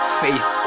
faith